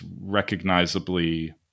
recognizably